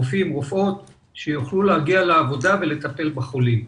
רופאים ורופאות שיוכלו להגיע לעבודה ולטפל בחולים.